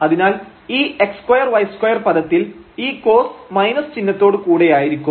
അതിനാൽ ഈ x2 y2 പദത്തിൽ ഈ cos മൈനസ് ചിഹ്നത്തോടു കൂടെയായിരിക്കും